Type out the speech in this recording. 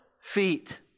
feet